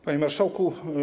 Panie Marszałku!